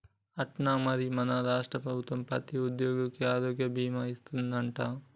అట్నా మరి మన రాష్ట్ర ప్రభుత్వం ప్రతి ఉద్యోగికి ఆరోగ్య భీమా ఇస్తాదట